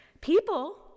People